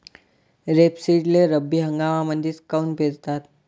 रेपसीडले रब्बी हंगामामंदीच काऊन पेरतात?